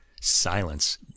silence